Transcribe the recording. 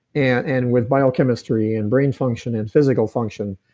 and and with bio chemistry, and brain function, and physical function.